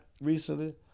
recently